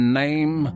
name